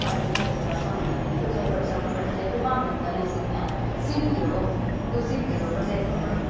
सारियां मेरे कोला सोआंदियां भरजाई बड़े शैल कपड़े सींदी तू बंद नी करेआं सीना सींदी रौह् तू सींदी रौह् भरजाई कपड़े